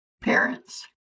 Parents